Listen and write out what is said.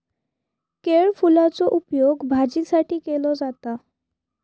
केळफुलाचो उपयोग भाजीसाठी केलो जाता